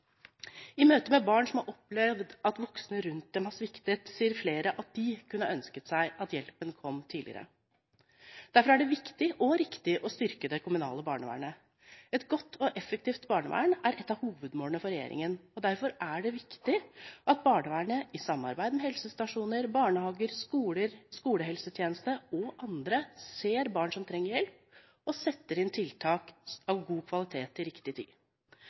I møte med barn som har opplevd at voksne rundt dem har sviktet, sier flere at de kunne ønsket seg at hjelpen kom tidligere. Derfor er det viktig og riktig å styrke det kommunale barnevernet. Et godt og effektivt barnevern er et av hovedmålene for regjeringen, og derfor er det viktig at barnevernet, i samarbeid med helsestasjoner, barnehager, skoler, skolehelsetjeneste og andre, ser barn som trenger hjelp, og setter inn tiltak av god kvalitet til riktig tid.